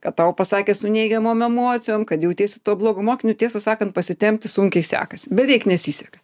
ką tau pasakė su neigiamom emocijom kad jautiesi tuo blogu mokiniu tiesą sakant pasitempti sunkiai sekasi beveik nesiseka